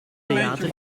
theater